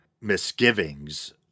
misgivings